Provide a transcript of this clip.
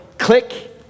Click